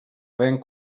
vent